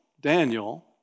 Daniel